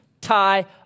tie